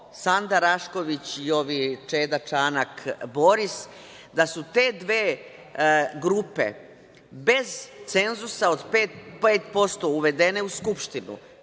Sanda Rašković Ivić, i ovi Čeda, Čanak, Boris, da su te dve grupe bez cenzusa od pet posto uvedene u Skupštinu.